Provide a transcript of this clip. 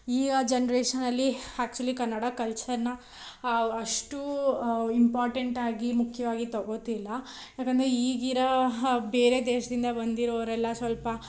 ಈಗ ಜನ್ರೇಷನಲ್ಲಿ ಆ್ಯಕ್ಚುಲಿ ಕನ್ನಡ ಕಲ್ಚರನ್ನ ಅಷ್ಟು ಇಂಪಾರ್ಟೆಂಟಾಗಿ ಮುಖ್ಯವಾಗಿ ತೊಗೋತಿಲ್ಲ ಯಾಕಂದರೆ ಈಗಿರೋ ಬೇರೆ ದೇಶದಿಂದ ಬಂದಿರೋರೆಲ್ಲ ಸ್ವಲ್ಪ